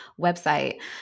website